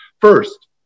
First